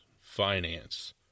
finance